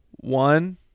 One